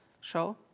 show